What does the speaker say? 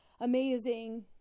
amazing